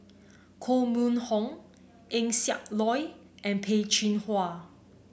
Koh Mun Hong Eng Siak Loy and Peh Chin Hua